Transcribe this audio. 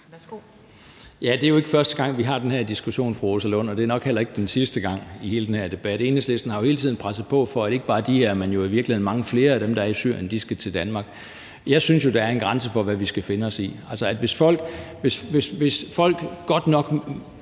Det er jo ikke første gang, vi har den her diskussion, fru Rosa Lund, og det er nok heller ikke sidste gang i hele den her debat. Enhedslisten har jo hele tiden presset på for, at ikke bare de her, men i virkeligheden mange flere af dem, der er i Syrien, skal til Danmark. Jeg synes jo, der er en grænse for, hvad vi skal finde os i. Hvis folk, godt nok